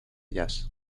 jazz